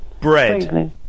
Bread